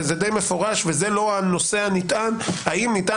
וזה די מפורש וזה לא הנושא הנטען האם ניתן